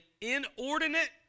inordinate